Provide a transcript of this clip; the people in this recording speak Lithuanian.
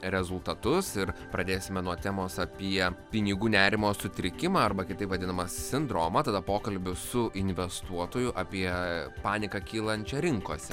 rezultatus ir pradėsime nuo temos apie pinigų nerimo sutrikimą arba kitaip vadinamą sindromą tada pokalbis su investuotoju apie paniką kylančią rinkose